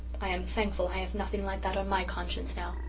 i am thankful i have nothing like that on my conscience now.